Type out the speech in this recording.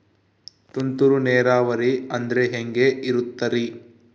ತುಂತುರು ನೇರಾವರಿ ಅಂದ್ರೆ ಹೆಂಗೆ ಇರುತ್ತರಿ?